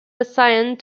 assigned